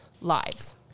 lives